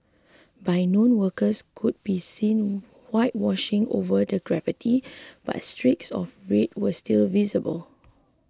by noon workers could be seen whitewashing over the graffiti but streaks of red were still visible